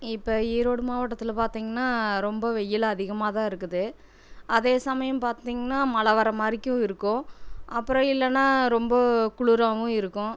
இப்போ ஈரோடு மாவட்டத்தில் பார்த்திங்னா ரொம்ப வெயில் அதிகமாக தான் இருக்குது அதே சமயம் பார்த்திங்னா மழை வரமாதிரிக்கும் இருக்கும் அப்புறம் இல்லைனா ரொம்ப குளுராகவும் இருக்கும்